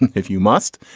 if you must.